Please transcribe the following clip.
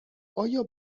آیا